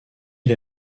les